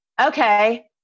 okay